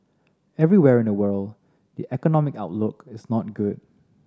everywhere in the world the economic outlook is not good